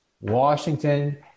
Washington